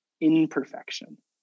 imperfection